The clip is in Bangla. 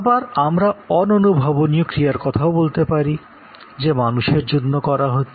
আবার আমরা অদৃশ্য ক্রিয়ার কথাও বলতে পারি যা মানুষের জন্য করা হচ্ছে